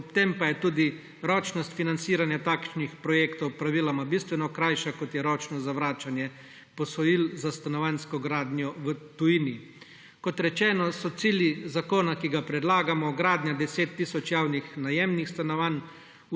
ob tem pa je tudi ročnost financiranja takšnih projektov praviloma bistveno krajša, kot je ročno zavračanje posojil za stanovanjsko gradnjo v tujini. Kot rečeno so cilji zakona, ki ga predlagamo, gradnja 10 tisoč javnih najemnih stanovanj,